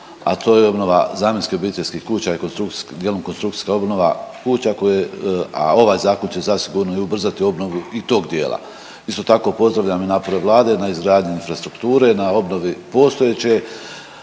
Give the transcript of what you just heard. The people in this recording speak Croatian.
a to je obnova zamjenskih obiteljskih kuća i konstrukcijska, djelom konstrukcijska obnova kuća koje, a ovaj zakon će zasigurno i ubrzati obnovu i tog dijela. Isto tako pozdravljam i napore Vlade na izgradnji infrastrukture na obnovi postojeće,